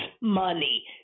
money